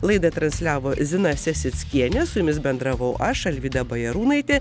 laidą transliavo zina sesickienė su jumis bendravau aš alvyda bajarūnaitė